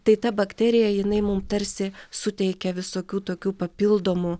tai ta bakterija jinai mum tarsi suteikia visokių tokių papildomų